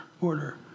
Order